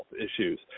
issues